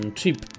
cheap